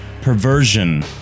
perversion